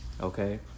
Okay